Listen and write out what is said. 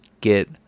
get